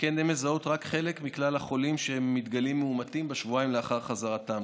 שכן הן מזהות רק חלק מכלל החולים שמתגלים מאומתים בשבועיים לאחר חזרתם.